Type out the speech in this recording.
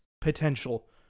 potential